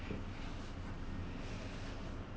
okay